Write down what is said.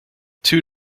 two